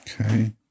Okay